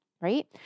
Right